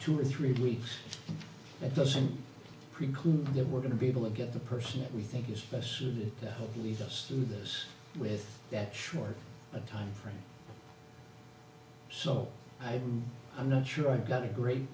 two or three weeks that doesn't preclude there we're going to be able to get the person that we think is best suited to lead us through this with that short time frame so i'm not sure i've got a great